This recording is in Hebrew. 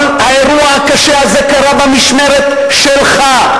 אבל האירוע הקשה הזה קרה במשמרת שלך.